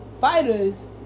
fighters